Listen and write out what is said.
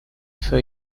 for